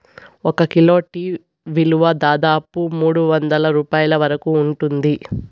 ఒక kilo tea విలువ దాదాపు మూడువందల రూపాయల వరకు ఉంటుంది